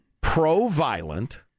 pro-violent